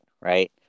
right